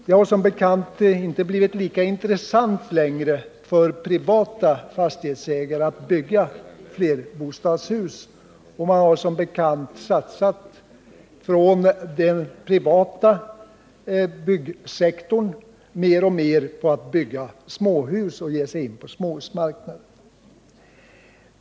Det har som bekant inte blivit lika intressant längre för privata fastighetsägare att bygga flerbostadshus, utan den privata byggsektorn har satsat mer och mer på att ge sig in på småhusmarknaden.